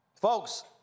Folks